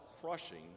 crushing